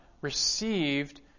received